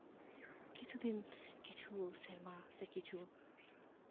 ᱠᱤᱪᱷᱩ ᱫᱤᱱ ᱠᱤᱪᱷᱩ ᱥᱮᱨᱢᱟ ᱥᱮ ᱠᱤᱪᱷᱩ